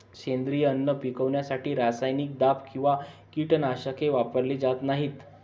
सेंद्रिय अन्न पिकवण्यासाठी रासायनिक दाब किंवा कीटकनाशके वापरली जात नाहीत